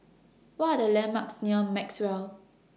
What Are The landmarks near Maxwell